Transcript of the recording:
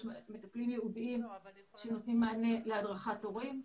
יש מטפלים ייעודיים שנותנים מענה להדרכת הורים.